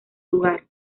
lugar